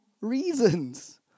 reasons